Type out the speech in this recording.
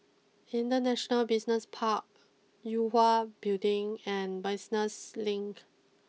International Business Park Yue Hwa Building and Business Link